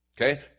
Okay